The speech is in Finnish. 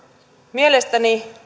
mielestäni